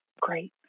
great